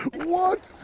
what?